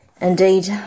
Indeed